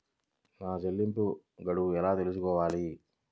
నా చెల్లింపు గడువు ఎలా తెలుసుకోవాలి?